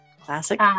Classic